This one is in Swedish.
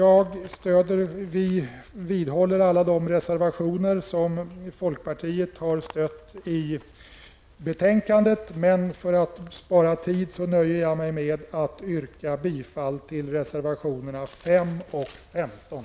Vi vidhåller alla de reservationer som folkpartiet har stött i betänkandet, men för att spara tid nöjer jag mig med att yrka bifall till reservationerna 5 och 15.